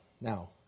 Now